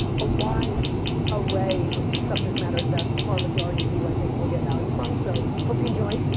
a wide array of subject matters that the far majority of you i think will get value from. so hope you enjoy,